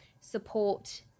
support